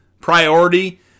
priority